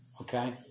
Okay